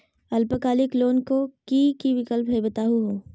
अल्पकालिक लोन के कि कि विक्लप हई बताहु हो?